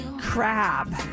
Crab